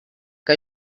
que